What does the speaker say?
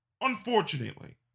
unfortunately